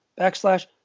backslash